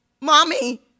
Mommy